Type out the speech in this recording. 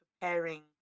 preparing